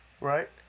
Right